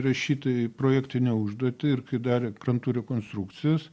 rašytojai projektinę užduotį ir darė krantų rekonstrukcijos